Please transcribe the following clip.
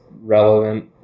relevant